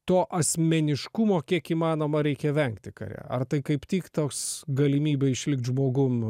to asmeniškumo kiek įmanoma reikia vengti kare ar tai kaip tik toks galimybė išlikt žmogum